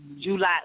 July